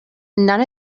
none